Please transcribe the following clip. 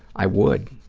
i would.